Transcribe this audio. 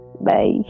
Bye